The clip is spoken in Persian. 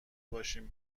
باشیم